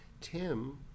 Tim